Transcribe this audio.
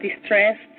distressed